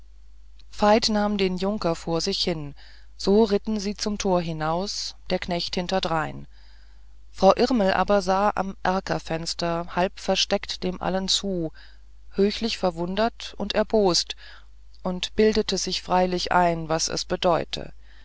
veit nahm den junker vor sich hin so ritten sie zum tor hinaus der knecht hinterdrein frau irmel aber sah am erkerfenster halb versteckt dem allen zu höchlich verwundert und erbost und bildete sich freilich ein was es bedeute